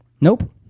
Nope